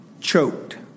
Choked